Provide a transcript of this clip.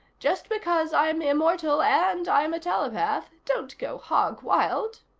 just because i'm immortal and i'm a telepath, don't go hog-wild.